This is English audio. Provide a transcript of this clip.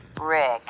Rick